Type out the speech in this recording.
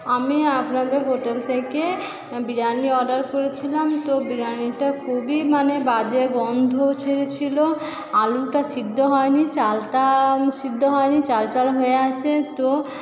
আমি আপনাদের হোটেল থেকে বিরিয়ানি অর্ডার করেছিলাম তো বিরিয়ানিটা খুবই মানে বাজে গন্ধ ছেড়েছিলো আলুটা সিদ্ধ হয়নি চালটাও সিদ্ধ হয়নি চাল চাল হয়ে আছে তো